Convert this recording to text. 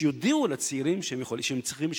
שיודיעו לצעירים שהם צריכים לשלם.